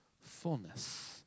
fullness